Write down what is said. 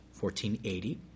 1480